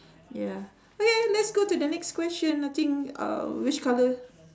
yeah okay let's go to the next question I think uh which colour